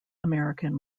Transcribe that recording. american